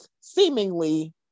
seemingly